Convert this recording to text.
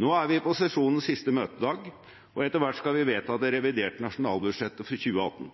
Nå er vi på sesjonens siste møtedag, og etter hvert skal vi vedta det reviderte nasjonalbudsjettet for 2018.